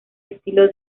estilo